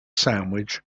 sandwich